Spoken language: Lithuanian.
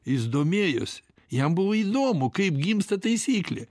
jis domėjosi jam buvo įdomu kaip gimsta taisyklė